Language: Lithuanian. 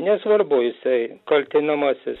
nesvarbu jisai kaltinamasis